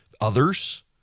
others